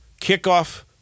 kickoff